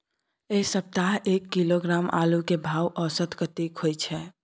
ऐ सप्ताह एक किलोग्राम आलू के भाव औसत कतेक होय छै?